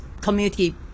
community